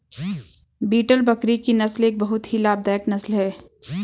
beetle बकरी की नस्ल एक बहुत ही लाभदायक नस्ल है